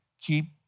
keep